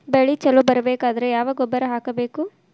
ಬೆಳಿ ಛಲೋ ಬರಬೇಕಾದರ ಯಾವ ಗೊಬ್ಬರ ಹಾಕಬೇಕು?